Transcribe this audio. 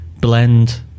blend